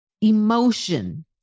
emotion